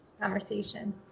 Conversation